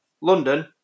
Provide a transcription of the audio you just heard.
London